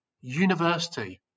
university